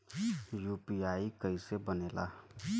UPI कईसे बनेला?